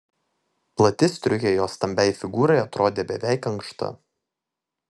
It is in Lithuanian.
plati striukė jos stambiai figūrai atrodė beveik ankšta